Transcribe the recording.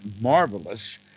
marvelous